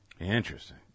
Interesting